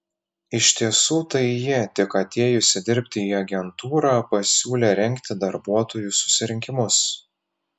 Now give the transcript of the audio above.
iš tiesų tai ji tik atėjusi dirbti į agentūrą pasiūlė rengti darbuotojų susirinkimus